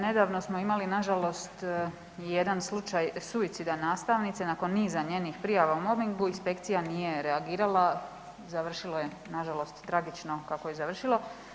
Nedavno smo imali nažalost jedan slučaj suicida nastavnice nakon niza njenih prijava o mobingu, inspekcija nije reagirala, završilo je nažalost tragično kako je završilo.